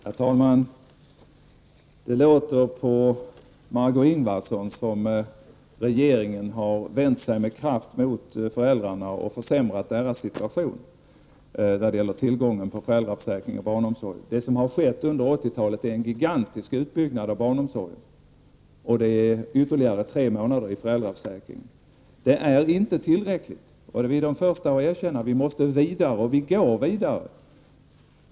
Herr talman! Det låter på Margó Ingvardsson som om regeringen med kraft har vänt sig mot föräldrarna och försämrat deras situation när det gäller tillgången på föräldraförsäkring och barnomsorg. Men det som har skett under 80-talet är en gigantisk utbyggnad av barnomsorgen och en utbyggnad av föräldraförsäkringen med ytterligare tre månader. Det är inte tillräckligt, det är vi de första att erkänna. Vi måste vidare, och vi går också vidare.